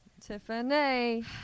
Tiffany